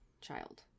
Child